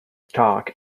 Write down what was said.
dark